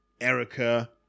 Erica